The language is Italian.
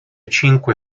cinque